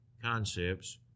concepts